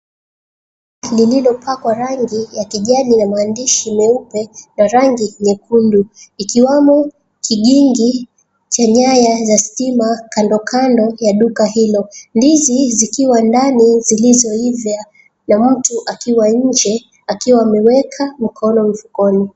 Lililopakwa rangi ya kijani ya maandishi mweupe na rangi nyekundu ikiwamo kijingi cha nyayo za stima kandokando ya duka hilo. Ndizi zikiwa ndani zilizoiva na mtu akiwa nje akiwa ameweka mkono mfukoni.